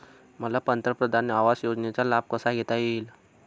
मला पंतप्रधान आवास योजनेचा लाभ कसा घेता येईल?